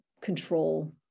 Control